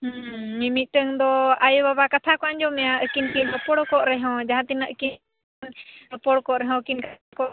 ᱦᱮᱸ ᱢᱤᱼᱢᱤᱫᱴᱟᱹᱝ ᱫᱚ ᱟᱭᱩᱼᱵᱟᱵᱟ ᱠᱟᱛᱷᱟ ᱠᱚ ᱟᱸᱡᱚᱢ ᱟᱭᱟ ᱟᱹᱠᱤᱱ ᱠᱤᱱ ᱨᱚᱯᱚᱲ ᱠᱚᱜ ᱨᱮ ᱦᱚᱸ ᱡᱟᱦᱟᱸ ᱛᱤᱱᱟᱹᱜ ᱠᱤᱱ ᱨᱚᱯᱚᱲ ᱠᱚᱜ ᱨᱮᱦᱚᱸ ᱠᱤᱱ